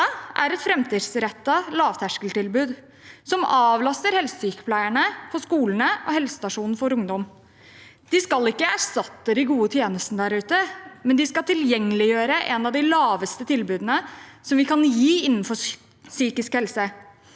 Dette er et framtidsrettet lavterskeltilbud som avlaster helsesykepleierne på skolene og helsestasjonene for ungdom. Det skal ikke erstatte de gode tjenestene der ute, men det skal tilgjengeliggjøre noen av tilbudene med lavest terskel som vi kan gi innenfor psykisk helse.